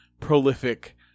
prolific